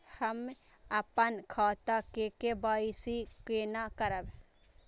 हम अपन खाता के के.वाई.सी केना करब?